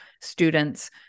students